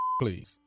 please